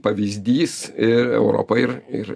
pavyzdys ir europa ir ir